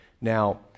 Now